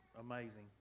amazing